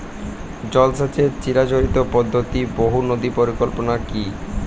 জল সেচের চিরাচরিত পদ্ধতি বহু নদী পরিকল্পনা কি?